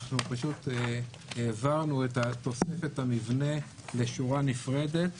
שהעברנו את תוספת המבנה לשורה נפרדת